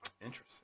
Interesting